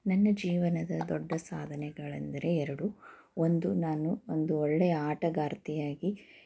ನನ್ನ ಜೀವನದ ದೊಡ್ಡ ಸಾಧನೆಗಳೆಂದರೆ ಎರಡು ಒಂದು ನಾನು ಒಂದು ಒಳ್ಳೆಯ ಆಟಗಾರ್ತಿಯಾಗಿ